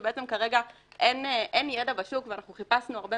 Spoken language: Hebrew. שבעצם כרגע אין ידע בשוק ואנחנו חיפשנו הרבה